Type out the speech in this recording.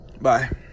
Bye